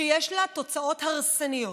שיש לה תוצאות הרסניות,